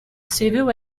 civil